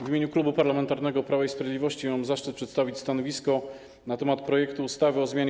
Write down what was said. W imieniu Klubu Parlamentarnego Prawo i Sprawiedliwość mam zaszczyt przedstawić stanowisko co do projektu ustawy o zmianie